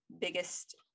biggest